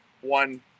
one